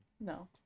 no